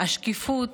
השקיפות,